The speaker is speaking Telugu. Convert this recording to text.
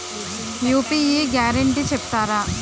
యూ.పీ.యి గ్యారంటీ చెప్తారా?